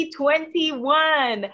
2021